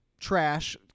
trash